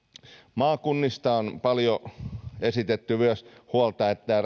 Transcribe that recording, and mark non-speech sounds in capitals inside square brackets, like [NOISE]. maakunnista on paljon esitetty myös huolta että [UNINTELLIGIBLE]